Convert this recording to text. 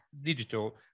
digital